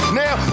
now